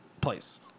place